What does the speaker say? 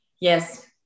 Yes